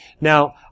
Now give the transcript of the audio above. Now